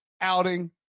outing